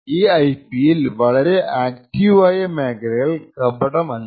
ഈ ഐപി യിൽ വളരെ ആക്റ്റീവ് ആയ മേഖലകൾ കപടം അല്ല